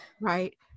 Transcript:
right